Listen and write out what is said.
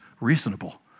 reasonable